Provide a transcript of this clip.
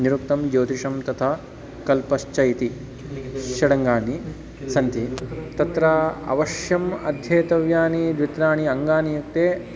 निरुक्तं ज्योतिषं तथा कल्पश्च इति षडङ्गानि सन्ति तत्र अवश्यम् अध्येतव्यानि द्वित्राणि अङ्गानि युक्ते